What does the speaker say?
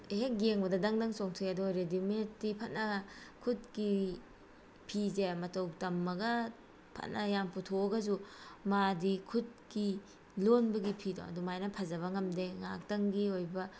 ꯍꯦꯛ ꯌꯦꯡꯕꯗ ꯗꯪ ꯗꯪ ꯆꯣꯡꯊꯣꯛꯑꯦ ꯑꯗꯣ ꯔꯦꯗꯤꯃꯦꯠꯇꯤ ꯐꯅ ꯈꯨꯠꯀꯤ ꯐꯤꯁꯦ ꯃꯇꯧ ꯇꯝꯃꯒ ꯐꯅꯌꯥꯝ ꯄꯨꯊꯣꯛꯑꯒꯁꯨ ꯃꯥꯗꯤ ꯈꯨꯠꯀꯤ ꯂꯣꯟꯕꯒꯤ ꯐꯤꯗꯣ ꯑꯗꯨꯃꯥꯏꯅ ꯐꯖꯕ ꯉꯝꯗꯦ ꯉꯥꯏꯍꯥꯛꯇꯪꯒꯤ ꯑꯣꯏꯕ